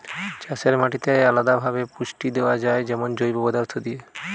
চাষের মাটিতে আলদা ভাবে পুষ্টি দেয়া যায় যেমন জৈব পদার্থ দিয়ে